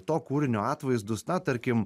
to kūrinio atvaizdus ne tarkim